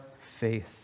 faith